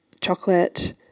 chocolate